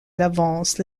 l’avance